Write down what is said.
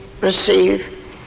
receive